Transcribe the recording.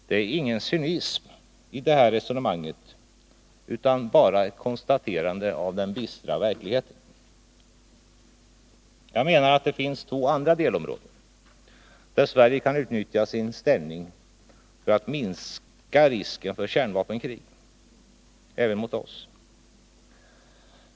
Det är ingen cynism i detta resonemang utan bara ett konstaterande av den bistra verkligheten. Jag menar att det finns två andra delområden, där Sverige kan utnyttja sin ställning för att minska risken för kärnvapenkrig även mot vårt land.